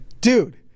dude